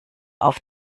auf